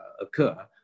occur